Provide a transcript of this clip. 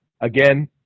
again